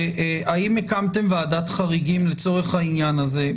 האם הקמתם ועדת חריגים לצורך העניין הזה?